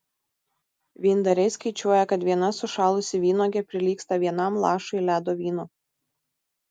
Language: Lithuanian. vyndariai skaičiuoja kad viena sušalusi vynuogė prilygsta vienam lašui ledo vyno